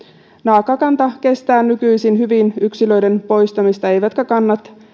naakkakanta kestää nykyisin hyvin yksilöiden poistamista eivätkä kannat